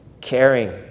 caring